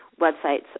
websites